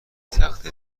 تخت